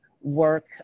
work